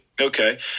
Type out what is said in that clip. Okay